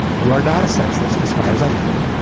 you are not a sexist, as far as i know.